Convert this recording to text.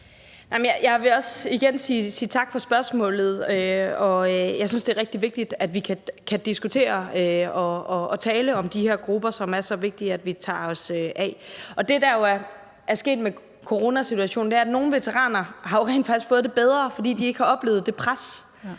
Jeg vil igen sige tak for spørgsmålet, og jeg synes, det er rigtig vigtigt, at vi kan diskutere og tale om de her grupper, som det er så vigtigt at vi tager os af. Og det, der jo er sket i forbindelse med coronasituationen, er, at nogle veteraner rent faktisk har fået det bedre, fordi de ikke har oplevet det pres